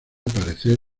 aparecer